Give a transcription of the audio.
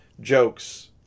jokes